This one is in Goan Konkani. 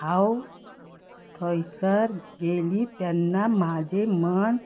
हांव थंयसर गेली तेन्ना म्हाजें मन